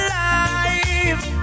life